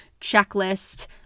checklist